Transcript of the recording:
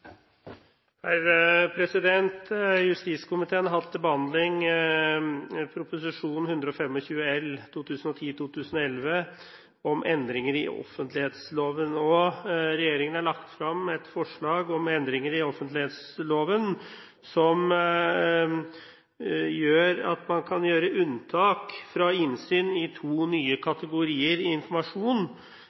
interpellasjonsdebatten avsluttet. Justiskomiteen har hatt til behandling Prop. 125 L for 2010–2011 om endringer i offentlighetsloven. Regjeringen har lagt fram et forslag om endringer i offentlighetsloven som gjør at man kan gjøre unntak fra innsyn i to nye kategorier informasjon.